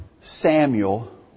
Samuel